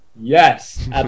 Yes